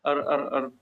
ar ar ar